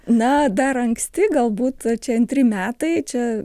na dar anksti galbūt čia antri metai čia